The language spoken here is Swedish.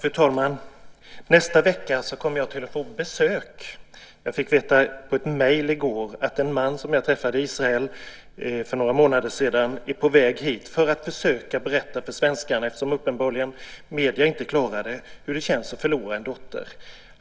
Fru talman! Nästa vecka kommer jag att få besök. Jag fick veta i ett mejl i går att en man som jag träffade i Israel för några månader sedan är på väg hit för att försöka berätta för svenskarna, eftersom medierna uppenbarligen inte klarar det, hur det känns att förlora en dotter.